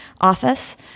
office